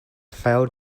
failed